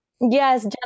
yes